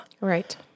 Right